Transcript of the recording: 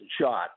shot